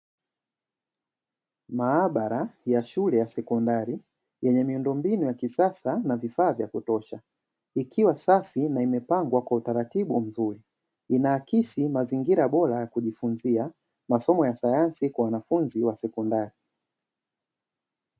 Maabara ya shule ya sekondari yenye miundombinu ya kisasa na vifaa vya kutosha, ikiwa safi na imepangwa kwa utaratibu mzuri, inaakisi mazingira bora ya kujifunzia na somo ya sayansi kwa wanafunzi wa sekondari.